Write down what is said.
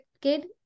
kid